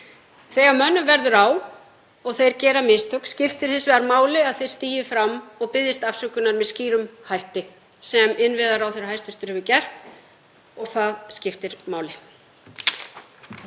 Þegar mönnum verður á og þeir gera mistök skiptir hins vegar máli að þeir stígi fram og biðjist afsökunar með skýrum hætti sem hæst. innviðaráðherra hefur gert og það skiptir máli.